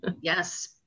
Yes